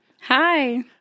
Hi